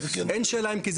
אין שאלה.